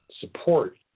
support